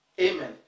Amen